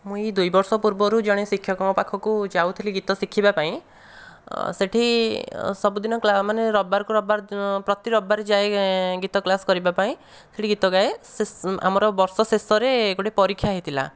ମୁଁ ଏହି ଦୁଇବର୍ଷ ପୂର୍ବରୁ ଜଣେ ଶିକ୍ଷକଙ୍କ ପାଖକୁ ଯାଉଥିଲି ଗୀତ ଶିଖିବା ପାଇଁ ସେଇଠି ସବୁଦିନ ମାନେ ରବିବାରକୁ ରବିବାର ପ୍ରତି ରବିବାର ଯାଏ ଗୀତ କ୍ଲାସ୍ କରିବାପାଇଁ ସେଇଠି ଗୀତ ଗାଏ ଆମର ବର୍ଷ ଶେଷରେ ଗୋଟିଏ ପରୀକ୍ଷା ହୋଇଥିଲା